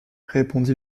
répondit